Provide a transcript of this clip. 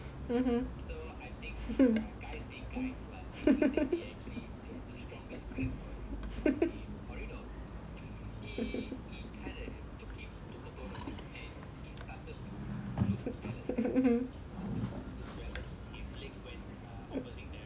mmhmm mm